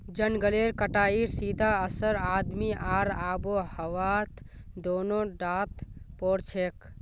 जंगलेर कटाईर सीधा असर आदमी आर आबोहवात दोनों टात पोरछेक